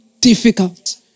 difficult